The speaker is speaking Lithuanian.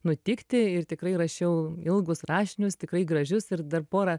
nutikti ir tikrai rašiau ilgus rašinius tikrai gražius ir dar porą